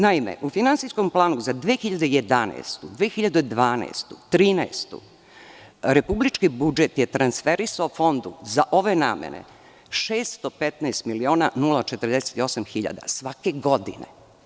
Naime, u finansijskom planu za 2011, 2012. i 2013. godinu, republički budžet je transferisao Fondu za ove namene 615.048.000 svake godine.